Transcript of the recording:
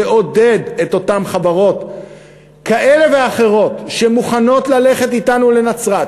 תעודד את אותן חברות כאלה ואחרות שמוכנות ללכת אתנו לנצרת,